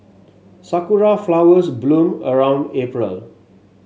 sakura flowers bloom around April